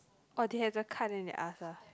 oh they have the card then they ask ah